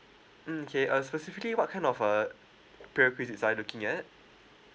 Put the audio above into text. mm okay uh specifically what kind of uh are you looking at